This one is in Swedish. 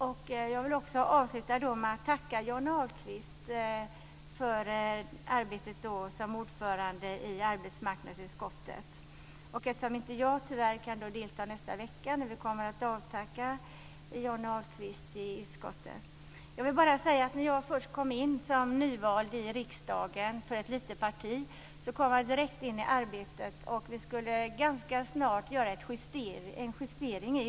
Eftersom jag tyvärr inte kan delta nästa vecka när utskottet kommer att avtacka Johnny Ahlqvist vill jag avsluta med att tacka honom för hans arbete som ordförande i arbetsmarknadsutskottet. När jag först kom in som nyvald i riksdagen för ett litet parti kom jag direkt in i arbetet, och utskottet skulle ganska snart justera ett betänkande.